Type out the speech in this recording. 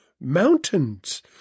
mountains